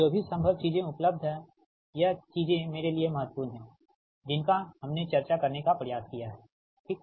और जो भी संभव चीजें उपलब्ध हैं यह चीजें मेरे लिए महत्वपूर्ण हैं जिनका हमने चर्चा करने का प्रयास किया है ठीक